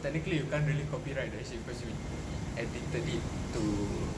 technically you can't copyright that shit because you edited it to